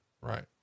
Right